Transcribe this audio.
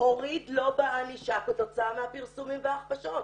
הוריד לו בענישה כתוצאה מהפרסומים וההכפשות.